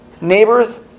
neighbors